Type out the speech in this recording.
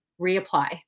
reapply